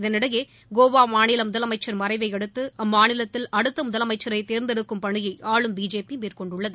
இதனிடையே கோவா மாநில முதலமைச்சர் மறைவையடுத்து அம்மாநிலத்தில் அடுத்த முதலமைச்சரை தேர்ந்தெடுக்கும் பணியை ஆளும் பிஜேபி மேற்கொண்டுள்ளது